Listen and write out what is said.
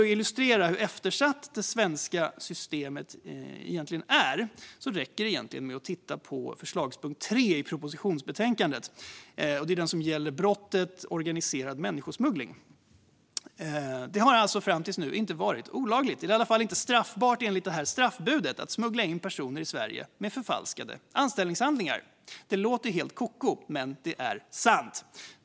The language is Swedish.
Som illustration av hur eftersatt det svenska systemet är räcker det egentligen med att titta på förslagspunkt 3 i propositionsbetänkandet, det vill säga punkten som gäller brottet organiserad människosmuggling. Det har alltså fram till nu inte varit olagligt, eller är i alla fall inte straffbart enligt straffbudet, att smuggla in personer med förfalskade anställningshandlingar i Sverige. Det låter helt koko, men det är sant.